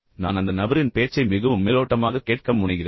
எனவே நான் அந்த நபரின் பேச்சை மிகவும் மேலோட்டமாக கேட்க முனைகிறேன்